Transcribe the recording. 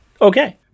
Okay